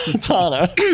Tana